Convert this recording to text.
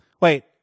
Wait